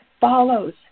follows